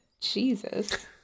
Jesus